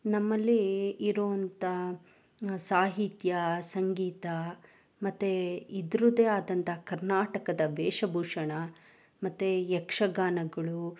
ನಮ್ಮಲ್ಲಿ ಇರುವಂಥ ಸಾಹಿತ್ಯ ಸಂಗೀತ ಮತ್ತು ಇದ್ರದ್ದೇ ಆದಂಥ ಕರ್ನಾಟಕದ ವೇಷ ಭೂಷಣ ಮತ್ತು ಯಕ್ಷಗಾನಗಳು